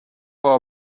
our